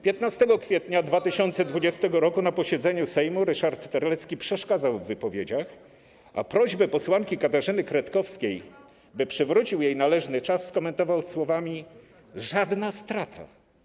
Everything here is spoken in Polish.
15 kwietnia 2020 r. na posiedzeniu Sejmu Ryszard Terlecki przeszkadzał w wypowiedziach, a prośbę posłanki Katarzyny Kretkowskiej, by przywrócił jej należny czas, skomentował słowami: żadna strata.